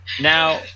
Now